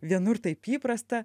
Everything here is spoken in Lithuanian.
vienur taip įprasta